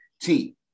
team